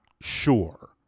sure